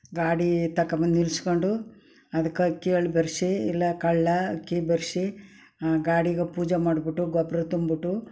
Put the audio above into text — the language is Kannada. ಗಾಡಿ ತಗೊಂಡ್ಬಂದು ನಿಲ್ಲಿಸ್ಕೊಂಡು ಅದ್ಕೆ ಕೇಳಿ ಬರ್ಸಿ ಇಲ್ಲ ಕಳ್ಳ ಹಾಕಿ ಬರ್ಸಿ ಆ ಗಾಡಿಗೆ ಪೂಜೆ ಮಾಡ್ಬಿಟ್ಟು ಗೊಬ್ಬರ ತುಂಬಿಟ್ಟು